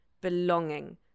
belonging